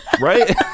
Right